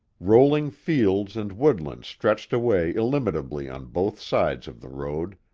rolling fields and woodland stretched away illimitably on both sides of the road,